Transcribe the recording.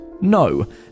no